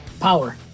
Power